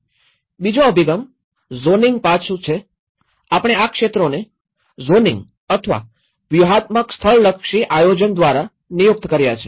બીજો અભિગમ ઝોનીંગ પાસું છે આપણે આ ક્ષેત્રોને ઝોનિંગ અથવા વ્યૂહાત્મક સ્થળલક્ષી આયોજન દ્વારા નિયુક્ત કર્યા છે